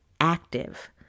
active